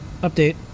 update